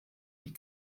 die